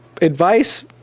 advice